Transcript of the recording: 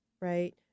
right